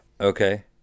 Okay